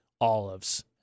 Olives